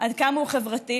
עד כמה הוא חברתי.